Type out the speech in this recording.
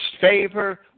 favor